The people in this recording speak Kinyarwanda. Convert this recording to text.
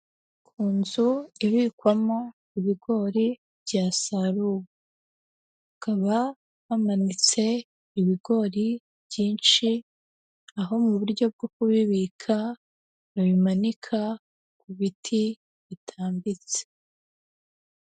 Ku nzu ibikwamo ibigori byasaruwe, hakaba hamanitse ibigori byinshi, aho mu buryo bwo kubibika, babimanika ku biti bitambitse.